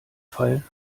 fall